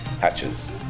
Hatches